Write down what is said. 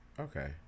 Okay